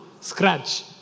scratch